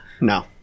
No